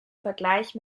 vergleich